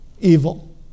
evil